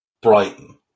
Brighton